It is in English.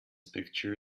picture